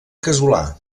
casolà